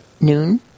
noon